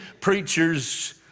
preachers